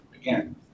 Again